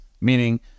meaning